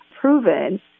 proven